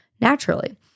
naturally